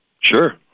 sure